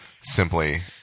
simply